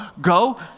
go